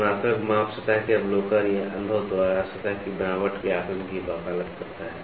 तुलनात्मक माप सतह के अवलोकन या अनुभव द्वारा सतह की बनावट के आकलन की वकालत करता है